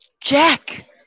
Jack